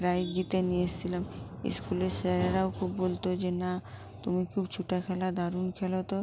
prize জিতে নিয়ে এসছিলাম স্কুলের স্যারেরাও খুব বলতো যে না তুমি খুব ছোটা খেলা দারুণ খেলো তো